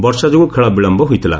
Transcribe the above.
ବର୍ଷା ଯୋଗୁଁ ଖେଳ ବିଳମ୍ୟ ହୋଇଥିଲା